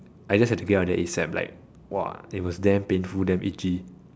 I just had to get out of there ASAP like !wah! it was damn painful damn itchy